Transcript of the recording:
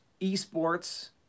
esports